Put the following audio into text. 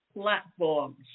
platforms